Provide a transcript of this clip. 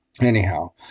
Anyhow